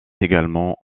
également